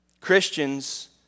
Christians